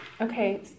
Okay